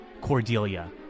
Cordelia